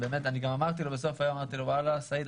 גם אמרתי לו בסוף היום: סעיד,